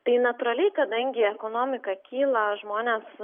tai natūraliai kadangi ekonomika kyla žmonės